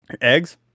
Eggs